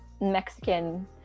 Mexican